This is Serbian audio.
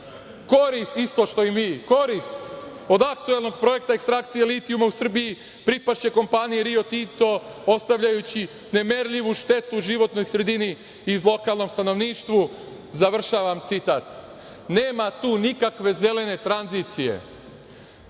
partije. Isto što i mi, „korist od aktuelnog projekta ekstrakcije litijuma u Srbiji pripašće kompaniji Rio Tinto, ostavljajući nemerljivu štetu životnoj sredini i lokalnom stanovništvu“, završavam citat. Nema tu nikakve zelene